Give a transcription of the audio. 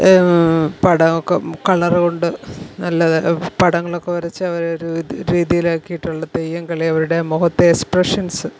പടമൊക്കെ colour കൊണ്ട് നല്ല പടങ്ങളൊക്കെ വരച്ച് അവരൊരു രീതിയിലാക്കിയിട്ടുള്ള തെയ്യം കളി അവരുടെ മുഖത്തെ എക്സ്പ്രഷൻസ്